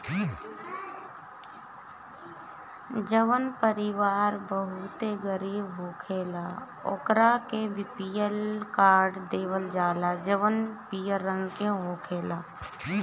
जवन परिवार बहुते गरीब होखेला ओकरा के बी.पी.एल कार्ड देवल जाला जवन पियर रंग के होखेला